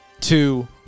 two